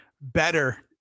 better